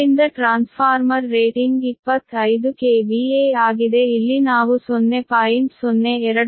ಆದ್ದರಿಂದ transformer rating 25 KVA ಆಗಿದೆ ಇಲ್ಲಿ ನಾವು 0